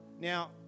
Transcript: Now